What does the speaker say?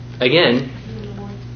again